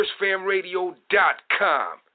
FirstFamRadio.com